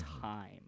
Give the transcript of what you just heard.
time